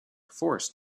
forced